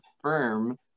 firm